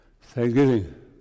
Thanksgiving